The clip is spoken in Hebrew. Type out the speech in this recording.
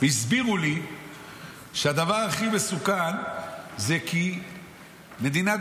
והסבירו לי שהדבר הכי מסוכן זה כי מדינת